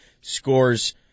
scores